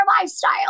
lifestyle